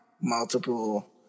multiple